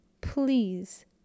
please